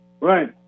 Right